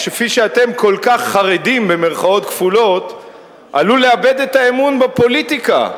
כפי שאתם כל כך "חרדים" עלול לאבד את האמון בפוליטיקה.